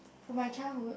from my childhood